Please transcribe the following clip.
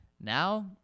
now